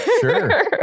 Sure